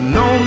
no